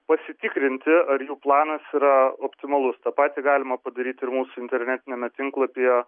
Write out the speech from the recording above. pasitikrinti ar jų planas yra optimalus tą patį galima padaryt ir mūsų internetiniame tinklapyje